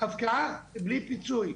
הפקעה ללא פיצוי,